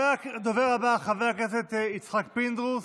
הדובר הבא, חבר הכנסת יצחק פינדרוס.